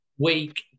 Week